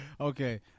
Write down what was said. Okay